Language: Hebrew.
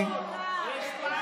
יש שם חוקה.